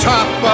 Top